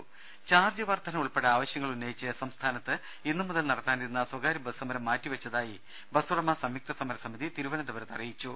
ദേഴ ചാർജ് വർധന ഉൾപ്പെടെ ആവശ്യങ്ങൾ ഉന്നയിച്ചു സംസ്ഥാനത്ത് ഇന്ന് മുതൽ നടത്താനിരുന്ന സ്വകാര്യ ബസ് സമരം മാറ്റിവെച്ചതായി ബസ്സുടമ സംയുക്ത സമരസമിതി തിരുവനന്തപുരത്ത് അറിയിച്ചു